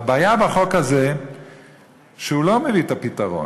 והבעיה בחוק הזה שהוא לא מביא את הפתרון.